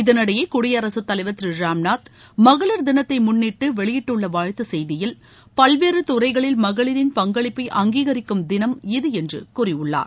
இதனிடையே குடியரசுத்தலைவர் திரு ராம்நாத் கோவிந்த் மகளிர் தினத்தை முன்னிட்டு வெளியிட்டுள்ள வாழ்த்துச் செய்தியில் பல்வேறு துறைகளில் மகளிரின் பங்களிப்பை அங்கீகரிக்கும் திளம் இது என்று கூழியுள்ளார்